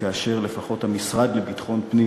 כאשר לפחות המשרד לביטחון פנים,